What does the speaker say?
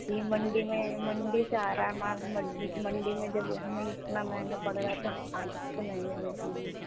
یہ منڈی میں منڈی سے آرہا ہے مال منڈی میں جب یہ ہمیں اتنا مہنگا پڑ رہا ہے تو ہم بھی تو مہنگے بیچیں گے